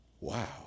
Wow